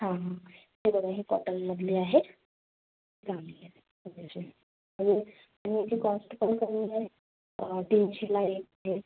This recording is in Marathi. हा हा हे बघा हे कॉटनमधले आहे आणि ह्याची कॉस्ट पण कमी आहे तीनशेला एक आहे